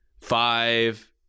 five